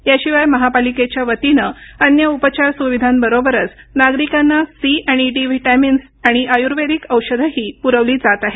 याशिवाय महापालिकेच्यावतीनं अन्य उपचार सुविधांबरोरच नागरिकांना सी आणि डी विटॅमिन्स आणि आयुर्वेदिक औषधंही पुरवली जात आहेत